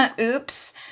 Oops